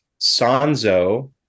Sanzo